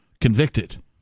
convicted